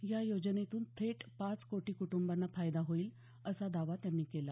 या योजनेतून थेट पाच कोटी कुटंबांना फायदा होईल असा दावा त्यांनी केला